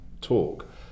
talk